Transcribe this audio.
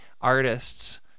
Artists